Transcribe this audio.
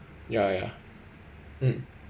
ya ya mm